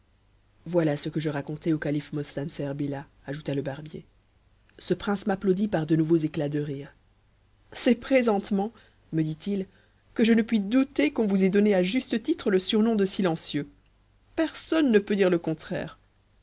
voilà ce que je racontai au calife mostanser billah ajouta le barbier ce prince m'applaudit par de nouveaux éclats de rire c'est présentement me dit-il que je ne puis douter qu'on vous ait donné à juste tttre le surnom de silencieux personne ne peut dire le contraire